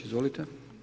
Izvolite.